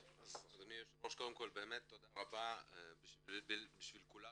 אדוני היושב ראש קודם כל באמת תודה רבה בשביל כולנו,